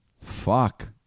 Fuck